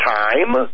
time